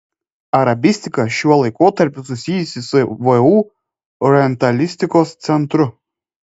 arabistika šiuo laikotarpiu susijusi su vu orientalistikos centru